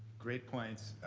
great points.